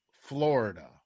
Florida